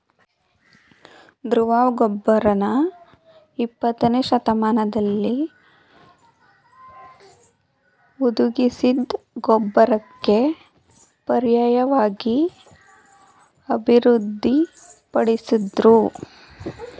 ದ್ರವ ಗೊಬ್ಬರನ ಇಪ್ಪತ್ತನೇಶತಮಾನ್ದಲ್ಲಿ ಹುದುಗಿಸಿದ್ ಗೊಬ್ಬರಕ್ಕೆ ಪರ್ಯಾಯ್ವಾಗಿ ಅಭಿವೃದ್ಧಿ ಪಡಿಸುದ್ರು